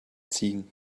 ziegen